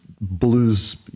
blues